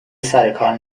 سرکار